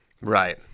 right